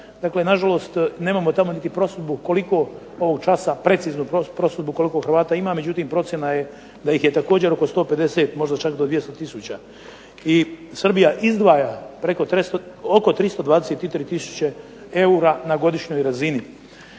Dakle na žalost nemamo tamo niti prosudbu koliko ovog časa, preciznu prosudbu koliko Hrvata ima, međutim procjena je da ih je također oko 150, možda čak do 200 tisuća. I Srbija izdvaja preko, oko 323 tisuće eura na godišnjoj razini.